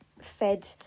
fed